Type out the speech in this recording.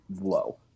low